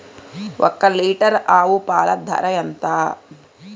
ఒక్క లీటర్ ఆవు పాల ధర ఎంత?